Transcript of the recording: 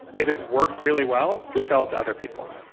if it works really well, we sell it to other people.